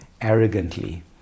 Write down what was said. arrogantly